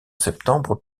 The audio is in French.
septembre